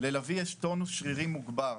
ללביא יש טונוס שרירים מוגבר.